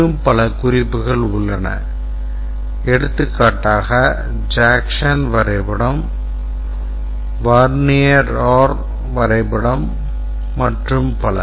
இன்னும் பல குறிப்புகள் உள்ளன எடுத்துக்காட்டாக Jackson வரைபடம் Warnier Orr வரைபடம் மற்றும் பல